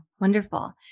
wonderful